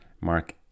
Mark